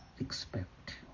expect